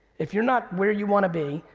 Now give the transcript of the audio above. if you're not where you wanna be,